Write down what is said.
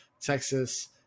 Texas